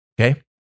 Okay